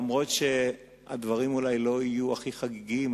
אומנם הדברים לא יהיו הכי חגיגיים,